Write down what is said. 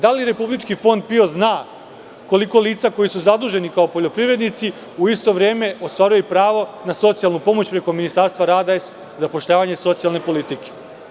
Da li Republički fond PIO zna koliko lica koja su zadužena kao poljoprivrednici u isto vreme ostvaruju pravo na socijalnu pomoć preko Ministarstva rada, zapošljavanja i socijalne politike?